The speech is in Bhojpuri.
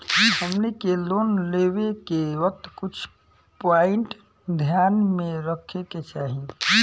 हमनी के लोन लेवे के वक्त कुछ प्वाइंट ध्यान में रखे के चाही